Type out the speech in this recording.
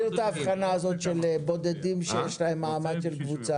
תסביר את ההבחנה הזאת של בודדים שיש להם מעמד של קבוצה.